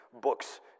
books